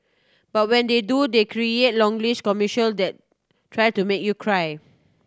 but when they do they create longish commercial that try to make you cry